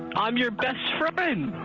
i'm your best friend